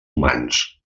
humans